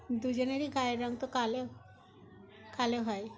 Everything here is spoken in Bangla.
দুজনেরই গায়ের রঙ তো কালো কালো হয়